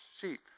sheep